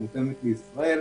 שמותאמת לישראל,